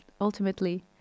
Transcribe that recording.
ultimately